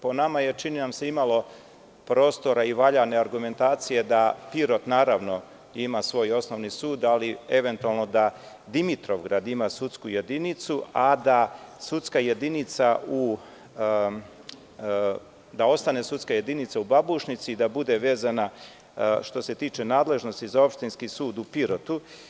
Po nama je, čini nam se, imalo prostora i valjane argumentacije da Pirot naravno ima svoj osnovni sud, ali da eventualno Dimitrovgrad ima sudsku jedinicu, a da ostane sudska jedinica u Babušnici i da bude vezana što se tiče nadležnosti za Opštinski sud u Pirotu.